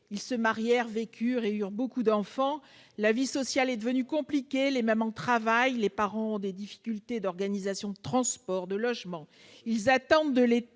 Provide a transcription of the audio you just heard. ils se marièrent, vécurent heureux et eurent beaucoup d'enfants »... La vie sociale est devenue compliquée. Les mamans travaillent, les parents ont des difficultés d'organisation de transport, de logement. Ils attendent de l'État